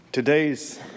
Today's